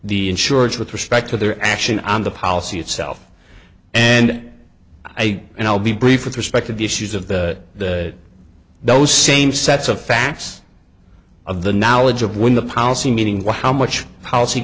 the insurers with respect to their action on the policy itself and i and i'll be brief with respect to the issues of those same sets of facts of the knowledge of when the policy meeting was how much policy